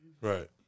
Right